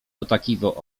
potakiwał